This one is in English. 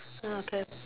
okay